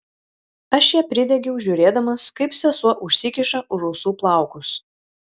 aš ją pridegiau žiūrėdamas kaip sesuo užsikiša už ausų plaukus